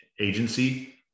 agency